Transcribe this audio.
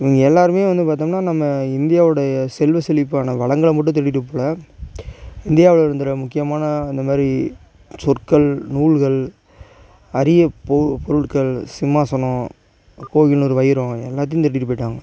இவங்க எல்லோருமே வந்து பார்த்தோம்னா நம்ம இந்தியாவிடைய செல்வ செழிப்பான வளங்களை மட்டும் திருடிட்டு போகல இந்தியாவிலிருந்த முக்கியமான அந்த மாதிரி சொற்கள் நூல்கள் அரிய பொ பொருட்கள் சிம்மாசனம் கோகினூர் வைரம் எல்லாத்தையும் திருடிட்டு போயிட்டாங்க